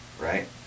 right